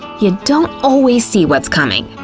you don't always see what's coming.